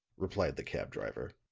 replied the cab driver.